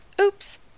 oops